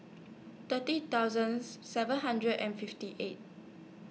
thirty thousands seven hundred and fifty eight